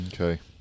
Okay